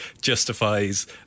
justifies